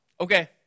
Okay